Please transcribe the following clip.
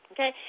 Okay